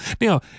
Now